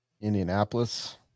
Indianapolis